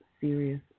Serious